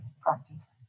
practice